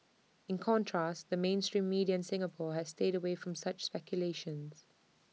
in contrast the mainstream media Singapore has stayed away from such speculation